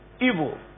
evil